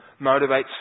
motivates